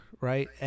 right